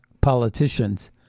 politicians